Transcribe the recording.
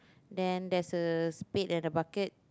then there's a spade and a bucket